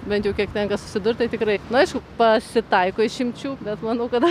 bent jau kiek tenka susidurti tikrai na aišku pasitaiko išimčių bet manau kad